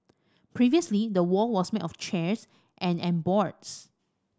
previously the wall was made of chairs and and boards